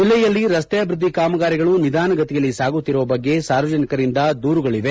ಜಲ್ಲೆಯಲ್ಲಿ ರಸ್ತೆ ಅಭಿವೃದ್ದಿ ಕಾಮಗಾರಿಗಳು ನಿಧಾನಗತಿಯಲ್ಲಿ ಸಾಗುತ್ತಿರುವ ಬಗ್ಗೆ ಸಾರ್ವಜನಿಕರಿಂದ ದೂರುಗಳವೆ